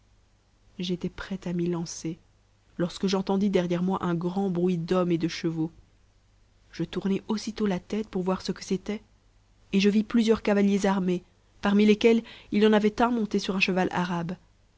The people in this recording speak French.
j'étais prête à m'y lancer lorsque j'entendis derrière moi un grand bruit d'hommes et de chevaux je tournai aussitôt la tête pour voir ce que c'était et je vis plusieurs cavaliers armés parmi lesquels il y en avait un monté sur un cheval arabe